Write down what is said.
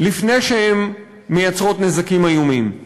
לפני שהן מייצרות נזקים איומים.